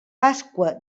pasqua